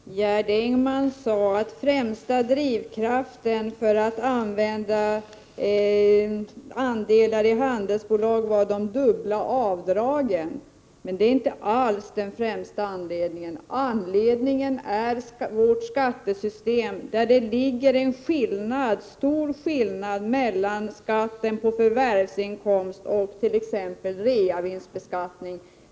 Herr talman! Gerd Engman sade att den främsta drivkraften bakom användandet av andelar i handelsbolag var de dubbla avdragen. Men det är inte alls den främsta anledningen. Anledningen är vårt skattesystem, som gör stor skillnad mellan skatten på förvärvsinkomst och t.ex. reavinstbeskattningen.